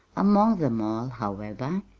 among them all, however,